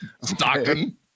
Stockton